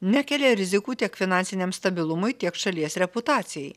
nekelia rizikų tiek finansiniam stabilumui tiek šalies reputacijai